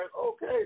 okay